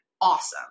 awesome